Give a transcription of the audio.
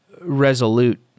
resolute